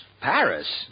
Paris